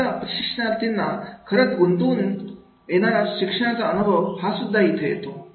आता प्रशिक्षणार्थींना खरंच गुंतवून येणारा शिकण्याचा अनुभव हा सुद्धा इथे येतो